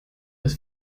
das